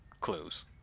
Clues